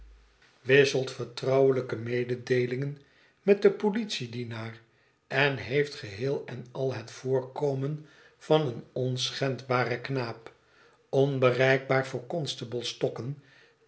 wisselt vertrouwelijke mededeelingen met den politiedienaar en heeft geheel en al het voorkomen van een onschendbaren knaap onbereikbaar voor constabelsstokken